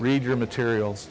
read your materials